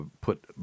put